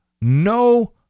No